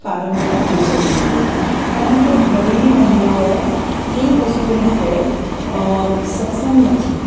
પારંગત થઈ જતી હતી પરંતુ હવેની મહિલાઓ તે વસ્તુ માટે સક્ષમ નથી